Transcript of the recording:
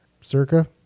circa